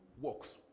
works